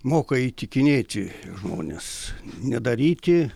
moka įtikinėti žmones nedaryti